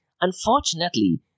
unfortunately